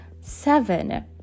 Seven